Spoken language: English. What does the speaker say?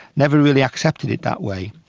never really accepted it that way.